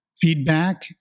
feedback